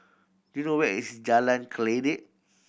do you know where is Jalan Kledek